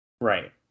Right